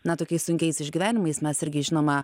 na tokiais sunkiais išgyvenimais mes irgi žinoma